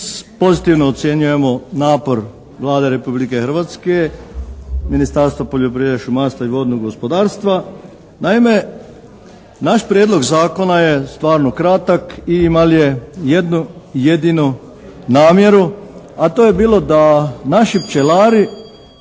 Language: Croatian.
pozitivno ocjenjujemo napor Vlade Republike Hrvatske, Ministarstvo poljoprivrede, šumarstva i vodnog gospodarstva. Naime, naš prijedlog zakona je stvarno kratak i imal' je jednu jedinu namjeru, a to je bilo da naši pčelari